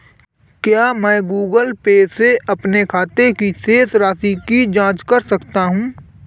क्या मैं Google Pay से अपने खाते की शेष राशि की जाँच कर सकता हूँ?